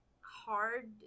hard